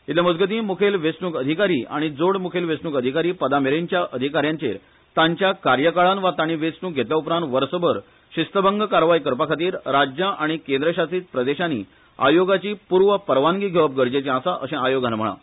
इतले मजगती मुखेल वेचणूक अधिकारी आनी जोड मुखेल वेचणूक अधिकारी पदामेरेनच्या अधिकायांचेर तांच्या कार्यकाळान वा ताणी वेचणूक घेतल्ल्या उप्रांत वर्सभर शिस्तभंग कारवाय करपाखातीर राज्या आनी केंद्रशासित प्रदेशांनी आयोगाची पूर्व परवानगी घेवप गरजेचे आसा अशें आयोगान म्हळां